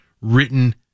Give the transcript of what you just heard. written